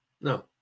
no